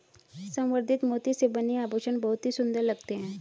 संवर्धित मोती से बने आभूषण बहुत ही सुंदर लगते हैं